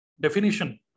definition